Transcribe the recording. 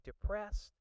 depressed